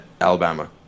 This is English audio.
Alabama